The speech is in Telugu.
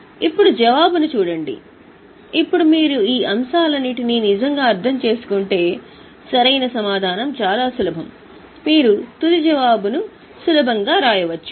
కాబట్టి ఇప్పుడు జవాబును చూడండి ఇప్పుడు మీరు ఈ అంశాలన్నింటినీ నిజంగా అర్థం చేసుకుంటే అసలు సమాధానం చాలా సులభం మీరు తుది జవాబును సులభంగా వ్రాయవచ్చు